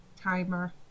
timer